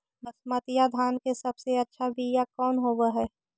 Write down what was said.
बसमतिया धान के सबसे अच्छा बीया कौन हौब हैं?